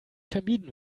vermieden